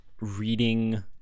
reading